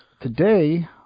today